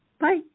Bye